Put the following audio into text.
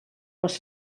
les